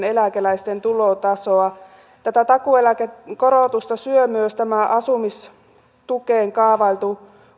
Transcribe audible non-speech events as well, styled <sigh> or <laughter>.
<unintelligible> eläkeläisten tulotasoa tätä takuueläkekorotusta syö myös tämä asumistukeen kaavailtu